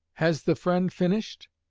has the friend finished?